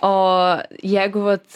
o jeigu vat